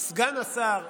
סגן השר,